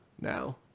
now